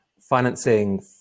financing